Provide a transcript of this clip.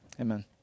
Amen